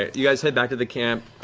you guys head back to the camp,